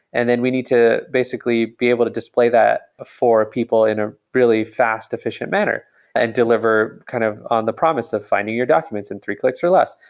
and then we need to basically be able to display that for people in a really fast, efficient manner and deliver kind of on the promise of finding your documents in three clicks or less.